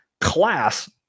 class